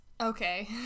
Okay